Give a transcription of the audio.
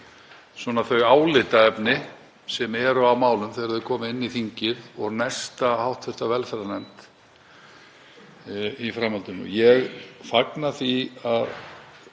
fram þau álitaefni sem eru í málum þegar þau koma inn í þingið og nesta hv. velferðarnefnd í framhaldinu. Ég fagna því að